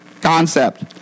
concept